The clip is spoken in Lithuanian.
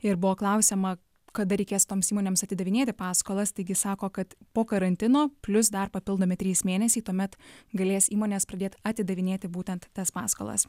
ir buvo klausiama kada reikės toms įmonėms atidavinėti paskolas taigi sako kad po karantino plius dar papildomi trys mėnesiai tuomet galės įmonės pradėt atidavinėti būtent tas paskolas